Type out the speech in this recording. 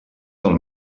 del